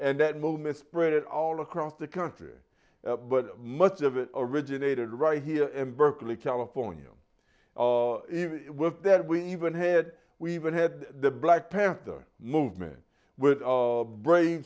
and that movement spread all across the country but much of it originated right here in berkeley california there we even had we even had the black panther movement with brain